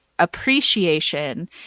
Appreciation